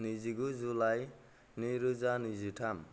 नैजिगु जुलाइ नैरोजा नैजिथाम